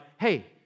hey